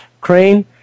Crane